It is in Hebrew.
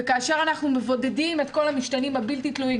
וכאשר אנחנו מבודדים את כל המשתנים הבלתי תלויים,